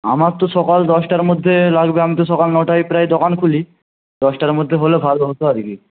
আমার তো সকাল দশটার মধ্যে লাগবে আমি তো সকাল নটায় প্রায় দোকান খুলি দশটার মধ্যে হলে ভালো হত আর কি